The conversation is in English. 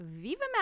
Viva